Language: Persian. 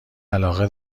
علاقه